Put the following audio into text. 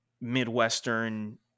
Midwestern